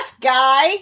guy